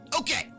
Okay